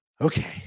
okay